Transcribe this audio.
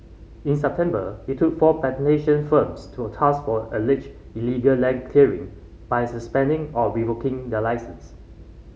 in September it took four plantation firms to a task for alleged illegal land clearing by suspending or revoking their licence